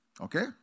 Okay